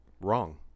wrong